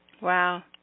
Wow